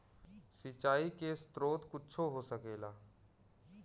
सिंचाइ के स्रोत कुच्छो हो सकेला